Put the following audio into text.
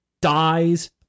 dies